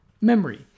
memory